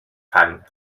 fang